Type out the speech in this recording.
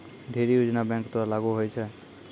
ढ़ेरी योजना बैंक द्वारा लागू होय छै